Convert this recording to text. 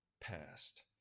past